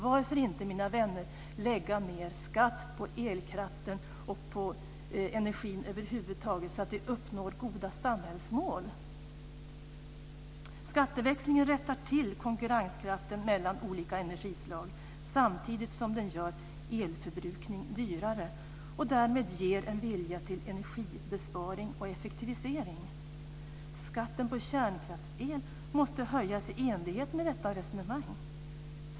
Varför inte, mina vänner, lägga mer skatt på elkraften och på energin över huvud taget, så att vi uppnår goda samhällsmål? Skatteväxlingen rättar till konkurrenskraften mellan olika energislag samtidigt som den gör elförbrukning dyrare och därmed ger en vilja till energibesparing och effektivisering. Skatten på kärnkraftsel måste höjas i enlighet med detta resonemang.